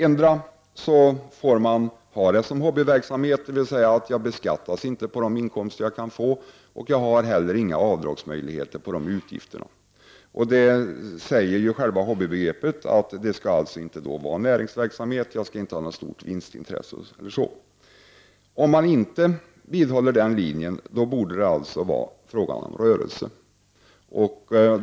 Antingen får man betrakta detta som hobbyverksamhet, dvs. att ägarna inte beskattas för de inkomster de får och inte heller har några avdragsmöjligheter för utgifterna, eller också får man betrakta det som näringsverksamhet. Själva hobbybegreppet anger att det inte är fråga om näringsverksamhet — man skall inte ha något stort vinstintresse eller så. Om man inte driver den linjen borde det som sagt vara fråga om rörelse.